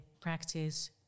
practice